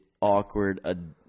awkward